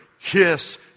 kiss